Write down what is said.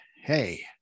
Hey